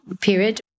period